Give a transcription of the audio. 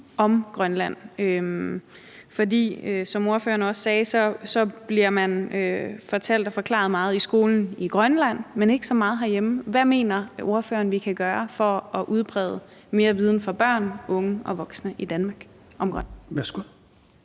om Grønland, for som fru Aaja Chemnitz Larsen også sagde, bliver man fortalt og forklaret meget i skolen i Grønland, men ikke så meget herhjemme. Hvad mener fru Aaja Chemnitz Larsen vi kan gøre for at udbrede mere viden om Grønland til børn, unge og voksne i Danmark? Kl.